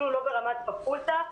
אפילו לא ברמת פקולטה,